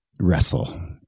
wrestle